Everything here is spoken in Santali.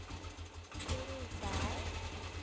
ᱛᱩᱨᱩᱭ ᱥᱟᱭ